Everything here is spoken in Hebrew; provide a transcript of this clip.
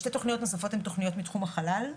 שתי תוכניות נוספות הן תוכניות בתחום החלל.